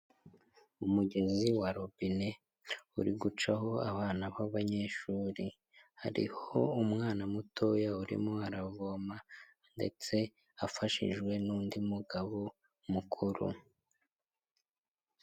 Umugezi wa robine uri gucaho abana b'abanyeshuri hariho umwana mutoya urimo aravoma ndetse afashijwe n'undi mugabo mukuru.